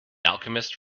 alchemist